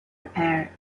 repair